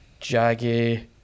jaggy